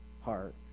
heart